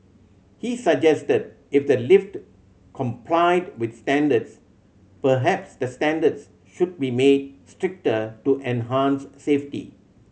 he suggested that if the lift complied with standards perhaps the standards should be made stricter to enhance safety